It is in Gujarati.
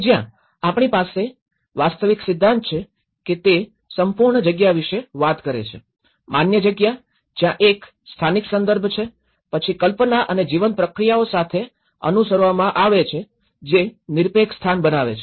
કે જ્યાં આપણી પાસે વાસ્તવિક સિદ્ધાંત છે કે તે સંપૂર્ણ જગ્યા વિશે વાત કરે છે માન્ય જગ્યા જ્યાં એક સ્થાનિક સંદર્ભ છે પછી કલ્પના અને જીવંત પ્રક્રિયાઓ સાથે અનુસરવામાં આવે છે જે નિરપેક્ષ સ્થાન બનાવે છે